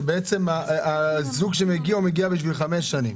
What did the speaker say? שבעצם הזוג שמגיע הוא מגיע בשביל 5 שנים,